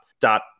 dot